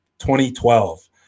2012